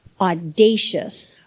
audacious